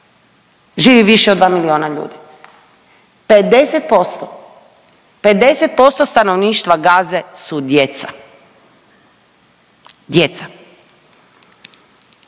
živi više od 2 milijuna ljudi. 50%. 50% stanovništva Gaze su djeca. Djeca.